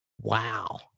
wow